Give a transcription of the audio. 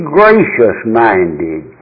gracious-minded